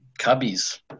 Cubbies